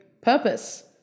purpose